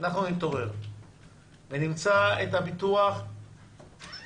אנחנו נתעורר ונמצא את הביטוח הלאומי